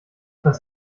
das